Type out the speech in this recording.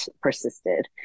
persisted